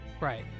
Right